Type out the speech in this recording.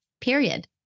period